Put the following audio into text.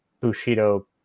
bushido